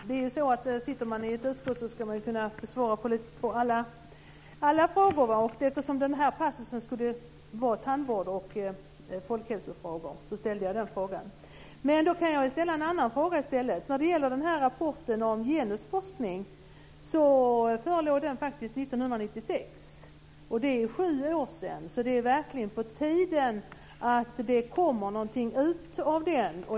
Fru talman! Sitter man i ett utskott ska man kunna svara på alla frågor. Eftersom vi nu diskuterar tandvård och folkhälsofrågor så ställde jag den frågan. Då kan jag ta upp en annan fråga i stället. Rapporten om genusforskning förelåg faktiskt 1996, så det är verkligen på tiden att det kommer ut någonting av den.